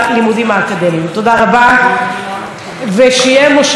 תודה רבה, ושיהיה מושב מוצלח.